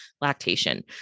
lactation